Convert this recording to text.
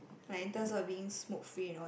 like in terms of being smoke free and all